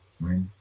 right